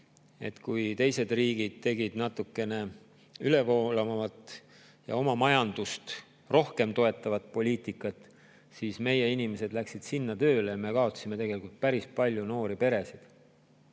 kui teised riigid tegid natukene ülevoolavamat ja oma majandust rohkem toetavat poliitikat, siis meie inimesed läksid sinna tööle ja me kaotasime tegelikult päris palju noori peresid.